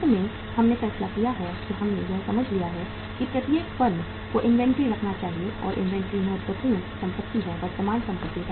अंत में हमने फैसला किया है कि हमने यह समझ लिया है कि प्रत्येक फर्म को इन्वेंट्री रखना चाहिए और इन्वेंट्री महत्वपूर्ण वर्तमान संपत्ति है